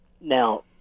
Now